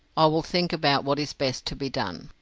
i will think about what is best to be done.